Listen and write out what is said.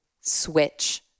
switch